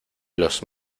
los